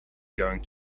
going